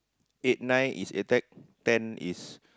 eight nine is A tech ten is